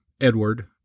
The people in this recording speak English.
Edward